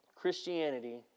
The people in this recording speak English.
Christianity